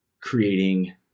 creating